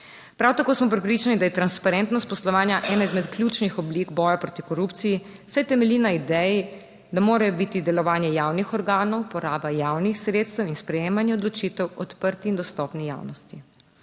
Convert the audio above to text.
Prav tako smo prepričani, da je transparentnost poslovanja ena izmed ključnih oblik boja proti korupciji, saj temelji na ideji, da mora biti delovanje javnih organov, poraba javnih sredstev in sprejemanje odločitev odprti in dostopni javnosti.